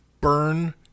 burn